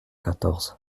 quatorze